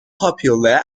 popular